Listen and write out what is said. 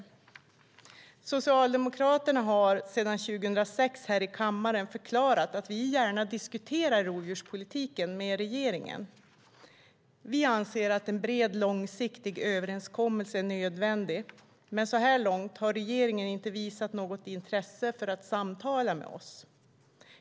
Vi socialdemokrater har sedan 2006 här i kammaren förklarat att vi gärna diskuterar rovdjurspolitiken med regeringen. Vi anser att en bred och långsiktig överenskommelse är nödvändig, men så här långt har regeringen inte visat något intresse för att samtala med oss.